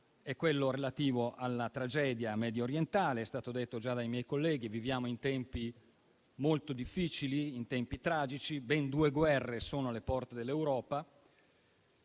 è relativo alla tragedia mediorientale. È stato detto già dai miei colleghi: viviamo in tempi molto difficili, direi tragici; ben due guerre sono alle porte dell'Europa.